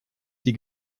die